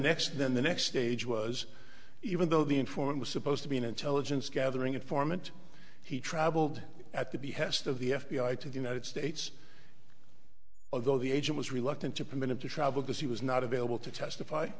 next then the next stage was even though the informant was supposed to be an intelligence gathering informant he traveled at the behest of the f b i to the united states although the agent was reluctant to permit him to travel this he was not available to testify